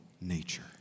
nature